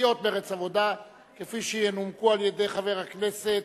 כפי שינומקו על-ידי חבר הכנסת